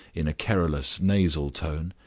in a querulous nasal tone.